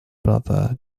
brother